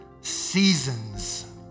seasons